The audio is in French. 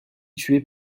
tué